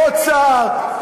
עוד שר,